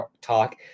talk